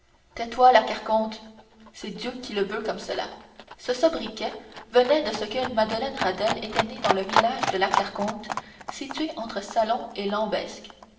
tais-toi la carconte c'est dieu qui le veut comme cela ce sobriquet venait de ce que madeleine radelle était née dans le village de la carconte situé entre salon et lambesc